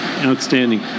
Outstanding